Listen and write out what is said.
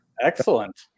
Excellent